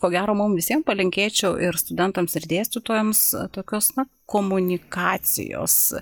ko gero mum visiem palinkėčiau ir studentams ir dėstytojams tokios na komunikacijos